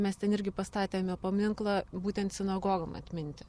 mes ten irgi pastatėme paminklą būtent sinagogom atminti